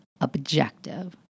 objective